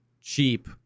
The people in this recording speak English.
cheap